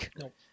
Nope